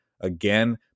again